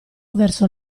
verso